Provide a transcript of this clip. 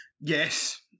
Yes